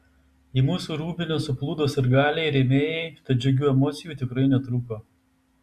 į mūsų rūbinę suplūdo sirgaliai rėmėjai tad džiugių emocijų tikrai netrūko